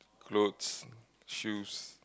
clothes shoes